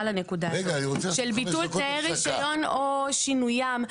של ביטול תנאי רישיון או שינוים.